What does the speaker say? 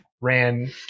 ran